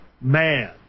man